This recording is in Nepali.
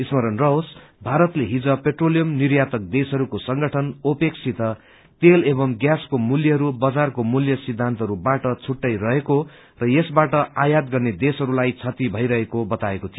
स्मरण रहोस भारतले हिज पेट्रोलियम निर्यातक देशकहरूको संगठन ओर्पेक सित तेल एवमु गैसको मुल्यहरू बजारको मुल सिद्धान्तहरू बाट छुट्टै रहेको र यसबाट आयात गर्ने देशहरूलाई क्षति भईरहेको बताएको थियो